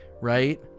right